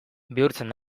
bihurtzen